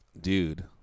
Dude